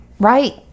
Right